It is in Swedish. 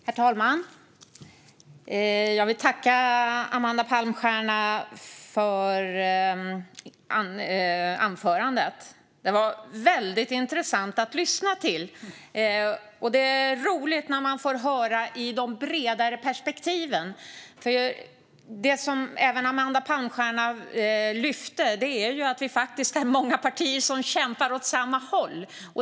Herr talman! Jag vill tacka Amanda Palmstierna för anförandet. Det var väldigt intressant att lyssna på. Det är roligt när man får höra om de bredare perspektiven. Det som även Amanda Palmstierna lyfte fram var att det faktiskt är många partier som kämpar åt samma håll.